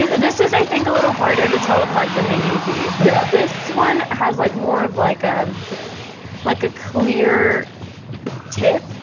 this is i think a little harder to tell apart than the yeezys. yeah this one has like more of like ah like a clear tip.